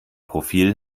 profil